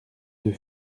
deux